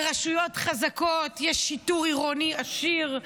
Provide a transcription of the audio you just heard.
ברשויות חזקות יש שיטור עירוני עשיר,